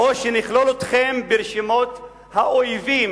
או שנכלול אתכם ברשימות האויבים.